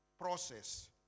process